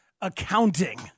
accounting